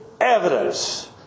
evidence